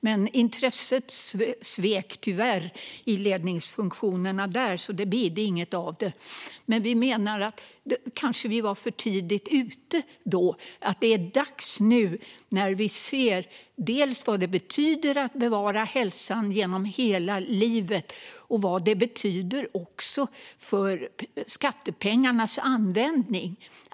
Men intresset svek tyvärr i ledningsfunktionerna där, så det bidde inget av detta. Kanske var vi då för tidigt ute. Men det är dags nu när vi ser dels vad det betyder att bevara hälsan genom hela livet, dels vad det betyder också för skattepengarnas användning.